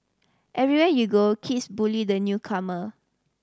everywhere you go kids bully the newcomer